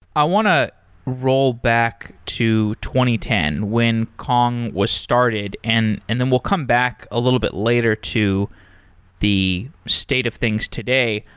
i want to roll back to two ten when kong was started, and and then we'll come back a little bit later to the state of things today.